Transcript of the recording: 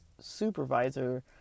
supervisor